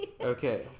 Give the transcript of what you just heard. Okay